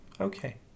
okay